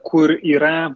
kur yra